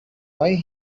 why